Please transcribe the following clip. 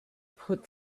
put